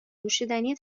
نوشیدنی